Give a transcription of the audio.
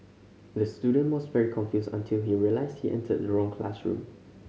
the student was very confused until he realised he entered the wrong classroom